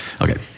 okay